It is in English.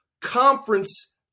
Conference